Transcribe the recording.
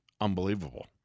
unbelievable